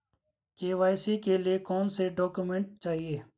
KYC के लिए कौनसे डॉक्यूमेंट चाहिये?